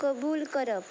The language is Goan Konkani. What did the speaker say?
कबूल करप